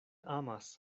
amas